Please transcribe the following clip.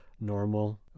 Normal